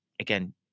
again